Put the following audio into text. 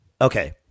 Okay